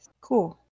Cool